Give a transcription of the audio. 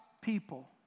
people